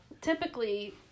typically